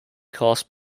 cast